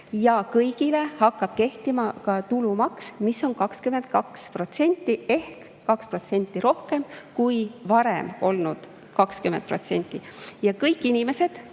ja kõigile hakkab kehtima ka tulumaks, mis on 22% ehk 2 protsendipunkti rohkem kui varem olnud 20%. Ja kõik inimesed,